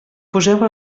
poseu